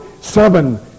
seven